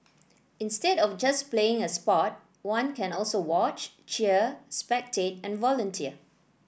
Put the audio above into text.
instead of just playing a sport one can also watch cheer spectate and volunteer